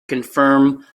confirm